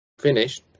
finished